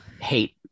hate